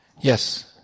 Yes